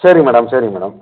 சரிங்க மேடம் சரிங்க மேடம்